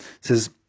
says